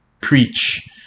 preach